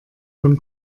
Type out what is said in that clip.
von